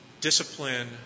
discipline